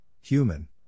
human